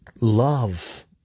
love